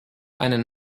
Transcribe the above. einen